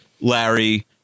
larry